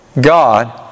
God